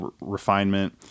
refinement